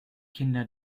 kinder